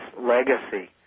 legacy